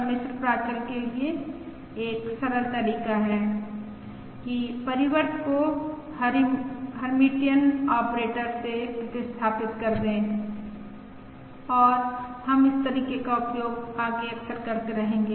सम्मिश्र प्राचल के लिए एक सरल तरीका है कि परिवर्त को हेर्मिटियन ऑपरेटर से प्रतिस्थापित कर दें और हम इस तरीके का उपयोग आगे अक्सर करते रहेंगे